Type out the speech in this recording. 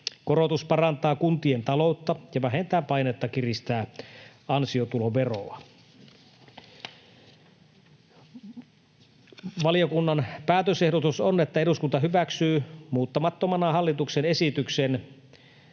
Korotus parantaa kuntien taloutta ja vähentää painetta kiristää ansiotuloveroa. Valiokunnan päätösehdotus on, että eduskunta hyväksyy muuttamattomana hallituksen esitykseen